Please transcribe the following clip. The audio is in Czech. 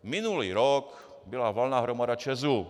Minulý rok byla valná hromada ČEZu.